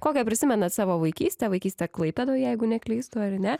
kokią prisimenat savo vaikystę vaikystę klaipėdoje jeigu neklystu ar ne